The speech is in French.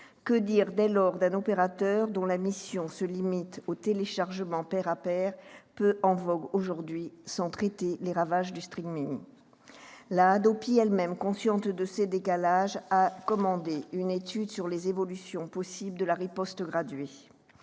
Que dire dès lors d'un opérateur dont la mission se limite au téléchargement « pair-à-pair », peu en vogue aujourd'hui, sans traiter les ravages du ? La HADOPI elle-même, consciente de ce décalage, a commandé une étude sur les évolutions possibles de la riposte graduée.